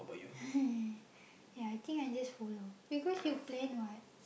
ya I think I just follow because you plan [what]